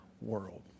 world